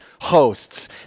hosts